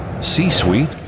C-Suite